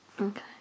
Okay